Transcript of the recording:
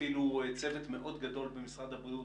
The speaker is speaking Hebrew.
אפילו צוות מאוד גדול במשרד הבריאות